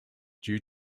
due